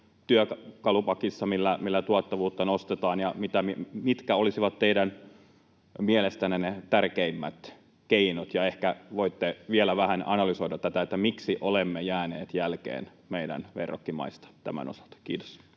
työkalupakissa, millä tuottavuutta nostetaan, ja mitkä olisivat teidän mielestänne ne tärkeimmät keinot? Ja ehkä voitte vielä vähän analysoida tätä, miksi olemme jääneet jälkeen meidän verrokkimaista tämän osalta. — Kiitos.